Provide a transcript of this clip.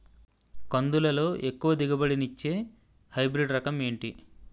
కందుల లో ఎక్కువ దిగుబడి ని ఇచ్చే హైబ్రిడ్ రకం ఏంటి?